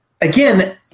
again